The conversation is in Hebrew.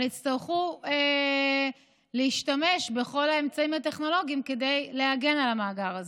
אבל יצטרכו להשתמש בכל האמצעים הטכנולוגיים כדי להגן על המאגר הזה,